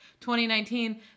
2019